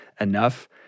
enough